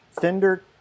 Fender